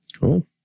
Cool